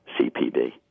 CPD